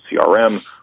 CRM